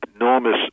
enormous